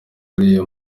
buriya